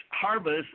harvest